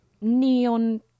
neon